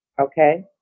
Okay